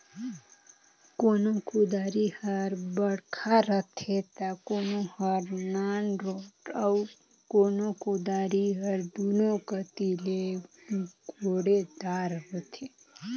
कोनो कुदारी हर बड़खा रहथे ता कोनो हर नानरोट अउ कोनो कुदारी हर दुनो कती ले कोड़े दार होथे